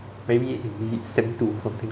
maybe sem two or something lah